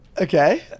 okay